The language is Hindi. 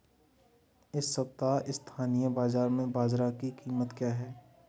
इस सप्ताह स्थानीय बाज़ार में बाजरा की कीमत क्या है?